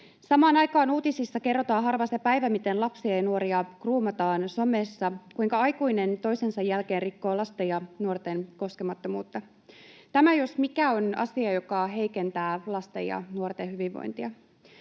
Samaan aikaan uutisissa kerrotaan harva se päivä, miten lapsia ja nuoria groomataan somessa, kuinka aikuinen toisensa jälkeen rikkoo lasten ja nuorten koskemattomuutta. Tämä jos mikä on asia, joka heikentää lasten ja nuorten hyvinvointia.